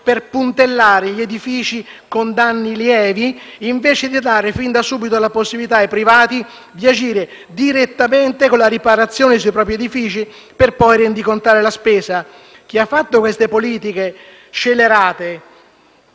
per puntellare gli edifici con danni lievi, invece di dare fin da subito la possibilità ai privati di agire direttamente con la riparazione dei propri edifici, per poi rendicontare la spesa. Viene il dubbio che queste politiche scellerate